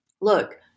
look